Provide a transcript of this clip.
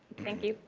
thank you.